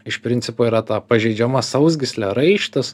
iš principo yra ta pažeidžiama sausgyslė raištis